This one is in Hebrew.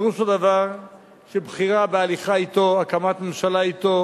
פירוש הדבר שבחירה בהליכה אתו, הקמת ממשלה אתו,